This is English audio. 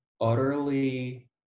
utterly